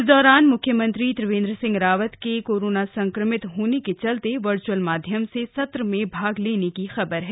इस दौरान मुख्यमंत्री त्रिवेंद्र सिंह रावत कोरोना सक्रमित होने के चलते वर्चुअल माध्यम से सत्र में भाग लेने की खबर है